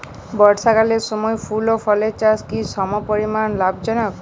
বর্ষাকালের সময় ফুল ও ফলের চাষও কি সমপরিমাণ লাভজনক?